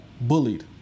bullied